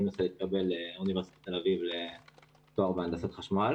אני מנסה להתקבל לתואר בהנדסת חשמל